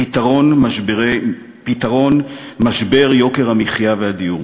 פתרון משבר יוקר המחיה והדיור.